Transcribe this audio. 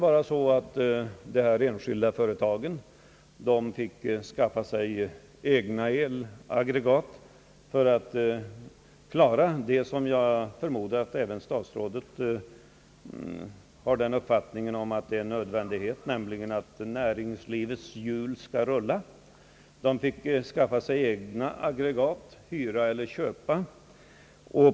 För att klara det som jag förmodar att även statsrådet anser är en nödvändighet, nämligen att hålla näringslivets hjul i rörelse, fick de drabbade enskilda företagen skaffa sig egna elaggregat genom förhyrning eller köp.